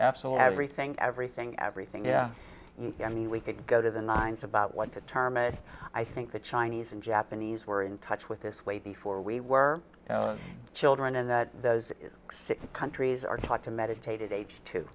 absolutely everything everything everything yeah i mean we could go to the nines about what the term and i think the chinese and japanese were in touch with this way before we were children and that those six countries are taught to meditated age to